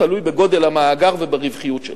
תלוי בגודל המאגר וברווחיות שלו.